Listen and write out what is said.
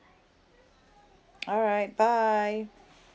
alright bye